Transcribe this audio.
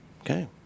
Okay